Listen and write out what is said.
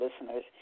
listeners